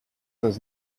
does